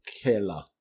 killer